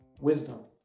wisdom